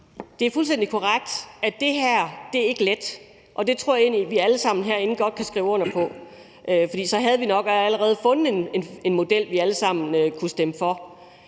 Det er fuldstændig korrekt, at det her ikke er let, og det tror jeg egentlig vi alle sammen herinde godt kan skrive under på, for ellers havde vi nok allerede fundet en model, vi alle sammen kunne stemme for.